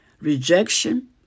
Rejection